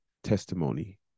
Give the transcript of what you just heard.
Testimony